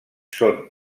són